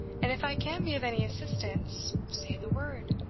and if i can be of any assistance, say the word.